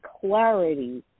clarity